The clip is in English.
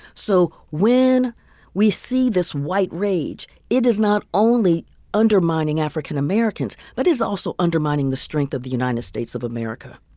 so when we see this white rage, it is not only undermining african americans, but it's also undermining the strength of the united states of america.